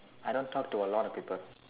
I don't talk to a lot of people